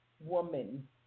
woman